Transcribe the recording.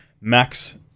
max